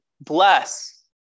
bless